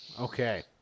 Okay